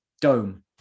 dome